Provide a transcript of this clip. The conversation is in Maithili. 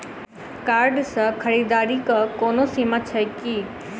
कार्ड सँ खरीददारीक कोनो सीमा छैक की?